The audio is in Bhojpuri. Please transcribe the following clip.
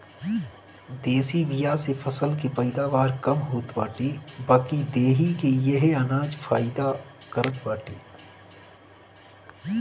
देशी बिया से फसल के पैदावार कम होत बाटे बाकी देहि के इहे अनाज फायदा करत बाटे